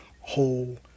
whole